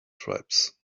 tribes